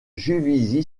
juvisy